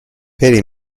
بریم